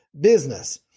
business